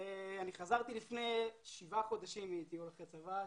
חזרתי לפני 7 חודשים מטיול אחרי צבא,